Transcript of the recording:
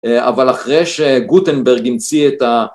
אבל אחרי שגוטנברג המציא את ה...